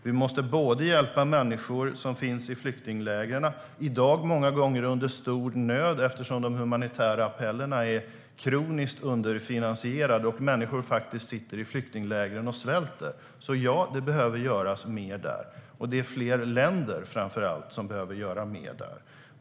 Vi måste hjälpa människor som finns i flyktinglägren, i dag många gånger i stor nöd eftersom de humanitära appellerna är kroniskt underfinansierade och människor sitter i flyktinglägren och svälter. Det behöver göras mer där, och framför allt är det fler länder som behöver göra mer där.